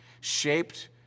shaped